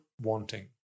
wanting